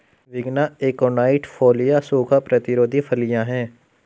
विग्ना एकोनाइट फोलिया सूखा प्रतिरोधी फलियां हैं